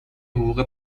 حقوق